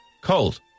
cold